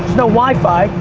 no wifi,